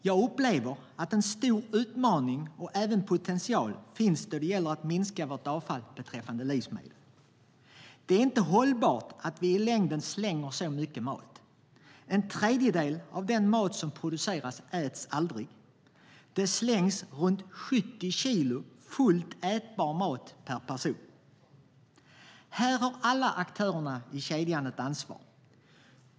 Jag upplever en stor utmaning och även potential i att minska vårt avfall beträffande livsmedel. Det är inte i längden hållbart att vi slänger så mycket mat. En tredjedel av den mat som produceras äts aldrig. Det slängs runt 70 kilo fullt ätbar mat per person och år. Här har alla aktörer i kedjan ett ansvar.